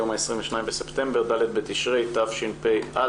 היום ה-22 בספטמבר, ד' בתשרי התשפ"א.